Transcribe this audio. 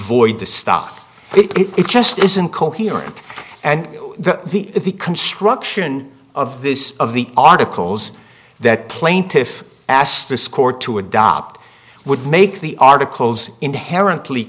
void the stock it just isn't coherent and that the the construction of this of the articles that plaintiff asterisk or to adopt would make the articles inherently